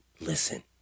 listen